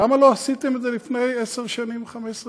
למה לא עשיתם את זה לפני עשר שנים ו-15 שנה?